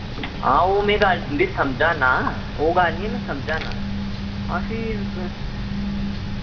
ओह् गल्ल निं में तुं'दी गल्ल समझा ना ओह् में समझा ना आं फिर